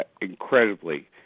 incredibly